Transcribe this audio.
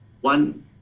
One